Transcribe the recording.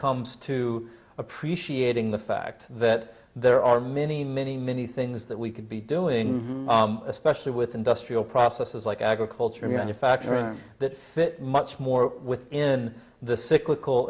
comes to appreciating the fact that there are many many many things that we could be doing especially with industrial processes like agriculture manufacturing that fit much more within the cyclical